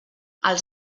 els